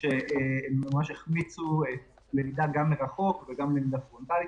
שממש החמיצו למידה מרחוק ולמידה פרונטאלית.